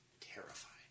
terrified